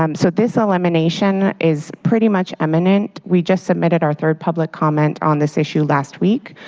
um so this elimination is pretty much imminent. we just submitted our third public comment on this issue last week,